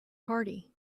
party